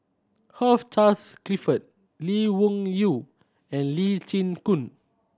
Charles Clifford Lee Wung Yew and Lee Chin Koon